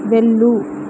వెళ్ళు